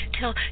till